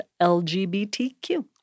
LGBTQ